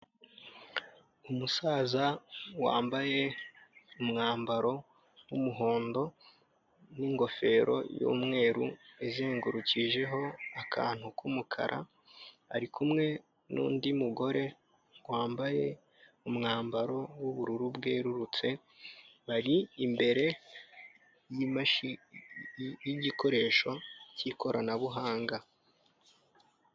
Umusaza wambaye umwambaro w'umuhondo n'ingofero y'umweru izengurukijeho akantu k'umukara ari kumwe n'undi mugore wambaye umwambaro w'ubururu bwerurutse, bari imbere y'igikoresho k'ikoranabuhanga.